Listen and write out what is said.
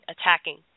attacking